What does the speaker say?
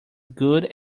good